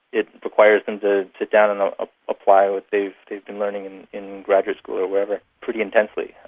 it requires them to sit down and ah ah apply what they've they've been learning in graduate school or wherever pretty intensely,